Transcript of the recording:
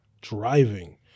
driving